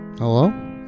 Hello